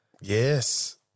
Yes